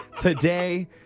today